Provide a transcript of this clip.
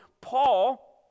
Paul